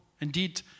Indeed